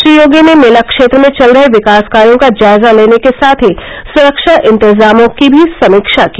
श्री योगी ने मेला क्षेत्र में चल रहे विकास कार्यों का जायजा लेने के साथ ही सुरक्षा इंतजामों की भी समीक्षा की